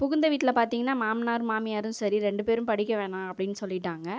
புகுந்த வீட்டில் பார்த்தீங்கன்னா மாமனார் மாமியாரும் சரி ரெண்டு பேரும் படிக்க வேணாம் அப்படின்னு சொல்லிவிட்டாங்க